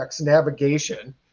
navigation